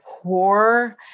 poor